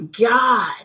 God